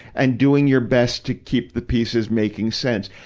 and doing your best to keep the pieces making sense.